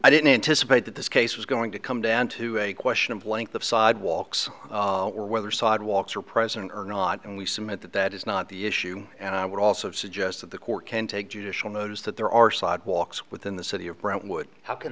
i didn't anticipate that this case was going to come down to a question of length of sidewalks or whether sod walks are present or not and we submit that that is not the issue and i would also suggest that the court can take judicial notice that there are sidewalks within the city of brentwood how can